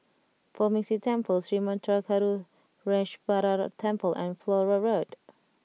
Poh Ming Tse Temple Sri Manmatha Karuneshvarar Temple and Flora Road